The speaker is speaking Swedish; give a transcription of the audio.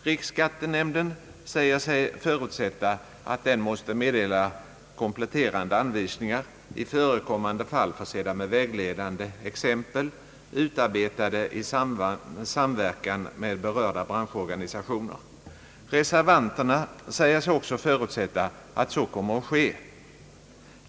Riksskattenämnden säger sig förutsätta att den måste meddela kompletterande anvisningar, i förekommande fall försedda med vägle dande exempel utarbetade i samverkan med berörda branschorganisationer. Reservanterna säger sig också förutsätta att så kommer att ske.